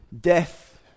death